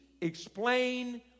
explain